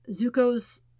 Zuko's